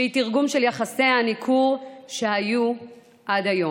שהיא תרגום של יחסי הניכור שהיו עד היום.